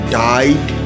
died